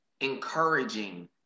encouraging